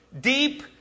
deep